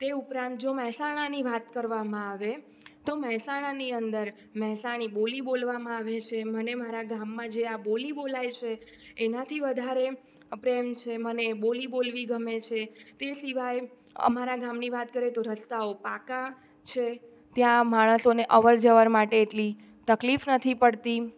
તે ઉપરાંત જો મહેસાણાની વાત કરવામાં આવે તો મહેસાણાની અંદર મહેસાણી બોલી બોલવામાં આવે છે મને મારા ગામમાં જે આ બોલી બોલાય છે એનાથી વધારે પ્રેમ છે મને બોલી બોલવી ગમે છે તે સિવાય અમારા ગામની વાત કરે તો રસ્તાઓ પાકા છે ત્યાં માણસોને અવરજવર માટે એટલી તકલીફ નથી પડતી